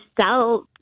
sell